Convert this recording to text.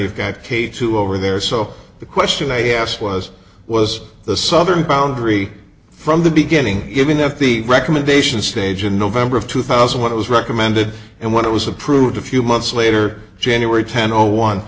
you've got k two over there so the question i asked was was the southern boundary from the beginning given that the recommendation stage in november of two thousand when it was recommended and when it was approved a few months later january tenth or one